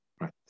Right